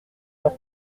leur